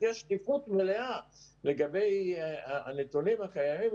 שתהיה שקיפות מלאה לגבי הנתונים הקיימים